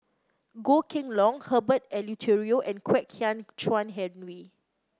Goh Kheng Long Herbert Eleuterio and Kwek Hian Chuan Henry